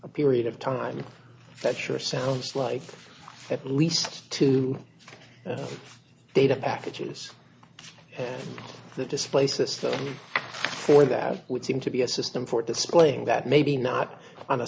a period of time is that sure sounds like at least two data packages the display system for that would seem to be a system for displaying that maybe not on a